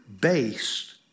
based